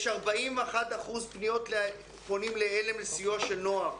יש 41% פונים לעל"ם לסיוע של נוער,